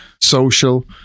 social